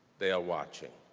they are watching.